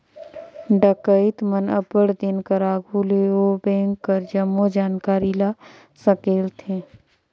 डकइत मन अब्बड़ दिन कर आघु ले ओ बेंक कर जम्मो जानकारी ल संकेलथें